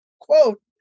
quote